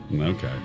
Okay